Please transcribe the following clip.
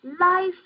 life